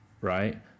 right